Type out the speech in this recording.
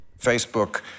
Facebook